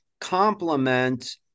complement